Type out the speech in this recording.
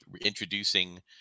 introducing